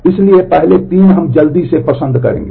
इसलिए पहले तीन हम जल्दी से पसंद करेंगे